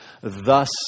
thus